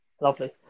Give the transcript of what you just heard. Lovely